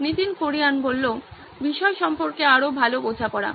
নীতিন কুরিয়ান বিষয় সম্পর্কে আরও ভালো বোঝাপড়া